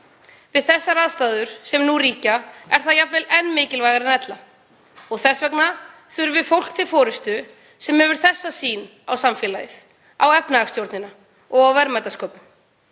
Við þær aðstæður sem nú ríkja er það jafnvel enn mikilvægara en ella. Þess vegna þurfum við fólk til forystu sem hefur þessa sýn á samfélagið, á efnahagsstjórnina, á verðmætasköpun.